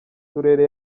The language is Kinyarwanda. turere